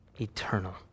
eternal